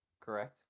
correct